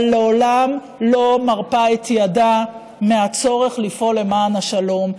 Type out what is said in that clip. אבל לעולם לא מרפה את ידה מהצורך לפעול למען השלום,